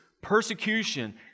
persecution